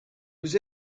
was